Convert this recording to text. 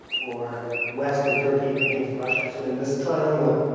or west and turkey against russia, so in this triangle,